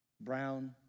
brown